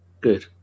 Good